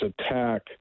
attack